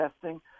testing